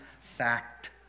fact